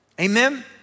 Amen